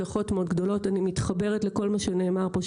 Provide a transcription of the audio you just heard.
שאנחנו צריכים זה מנוע צמיחה,